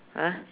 ah